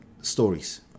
stories